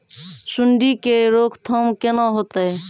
सुंडी के रोकथाम केना होतै?